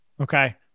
Okay